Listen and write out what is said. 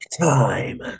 time